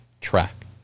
track